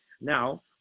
Now